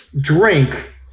drink